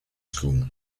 school